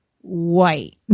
white